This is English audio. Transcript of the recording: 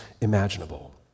imaginable